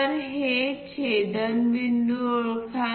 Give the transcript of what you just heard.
तर हे छेदनबिंदू ओळखा